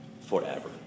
forever